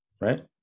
right